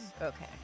Okay